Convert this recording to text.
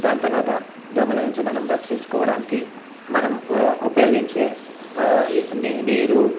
దాని తర్వాత దోమల నుంచి మనం రక్షించుకోవడానికి మనం ఉపయోగించే నీరు